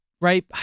right